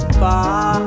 far